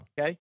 Okay